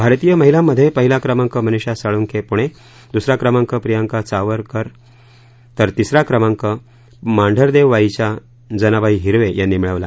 भारतीय महिलांमधे पहिला क्रमांक मनिषा साळुंखे पूणे दुसरा क्रमांक प्रियांका चावरकर तर तिसरा क्रमांक मांढरदेव वाईच्या जनाबाई हिरवे यांनी मिळवला